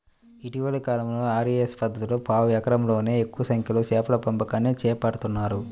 ఇటీవలి కాలంలో ఆర్.ఏ.ఎస్ పద్ధతిలో పావు ఎకరంలోనే ఎక్కువ సంఖ్యలో చేపల పెంపకాన్ని చేపడుతున్నారు